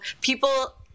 people